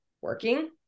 working